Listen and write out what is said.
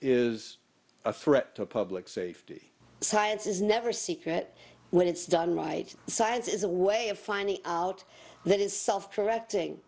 is a threat to public safety science is never secret when it's done right science is a way of finding out that is self correcting